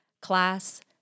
class